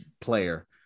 player